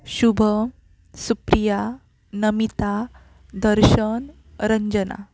Shubham Supriya Namita Darshan Ranjana